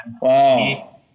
Wow